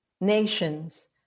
Nations